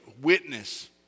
witness